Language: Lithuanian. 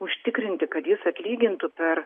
užtikrinti kad jis atlygintų per